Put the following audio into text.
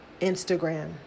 Instagram